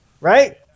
Right